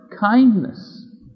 kindness